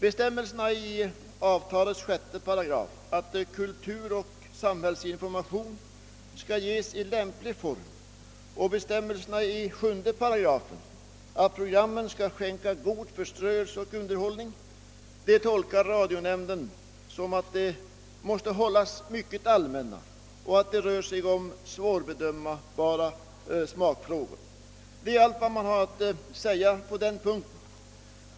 Bestämmelserna i avtalets 6 § om att kulturoch samhällsinformation skall ges i lämplig form och i 7 8 om att programmen skall skänka god förströelse och underhållning tolkar radionämnden som att programmen måste hållas mycket allmänna och att det rör sig om svårbedömbara smakfrågor. Det är allt man där har att säga på denna punkt.